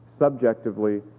subjectively